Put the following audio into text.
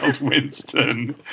Winston